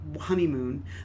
honeymoon